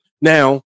Now